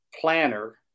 planner